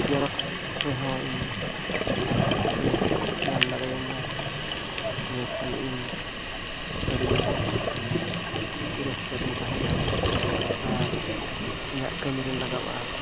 xerox ᱨᱮᱦᱚᱸ ᱤᱧ ᱚᱠᱟ ᱞᱮᱠᱟ ᱛᱮᱯᱮ ᱧᱟᱢ ᱫᱟᱲᱮᱭᱤᱧᱟ ᱤᱱᱟᱹᱠᱷᱟᱱ ᱤᱧ ᱟᱹᱰᱤ ᱠᱩᱥᱤ ᱨᱟᱹᱥᱠᱟᱹᱨᱤᱧ ᱛᱟᱦᱮᱱᱟ ᱟᱨ ᱤᱧᱟᱹᱜ ᱠᱟᱹᱢᱤᱨᱮ ᱞᱟᱜᱟᱜᱼᱟ